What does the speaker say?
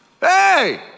Hey